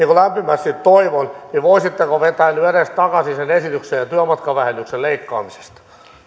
kuin lämpimästi toivon niin voisitteko vetää nyt edes takaisin sen esityksen työmatkavähennyksen leikkaamisesta